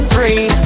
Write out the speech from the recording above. Free